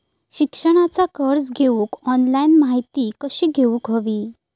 शिक्षणाचा कर्ज घेऊक ऑनलाइन माहिती कशी घेऊक हवी?